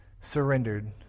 surrendered